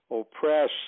oppress